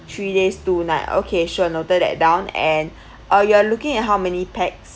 three days two night okay sure noted that down and uh you are looking at how many pax